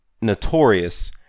notorious